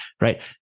Right